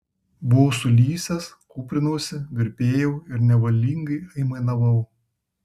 buvau sulysęs kūprinausi virpėjau ir nevalingai aimanavau